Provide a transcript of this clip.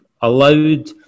allowed